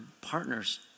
partners